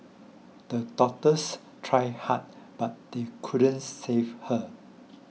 the doctors tried hard but they couldn't save her